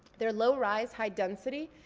they're low-rise, high-density.